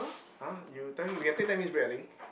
[huh] you tell him we can take ten minutes break I think